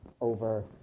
over